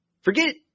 Forget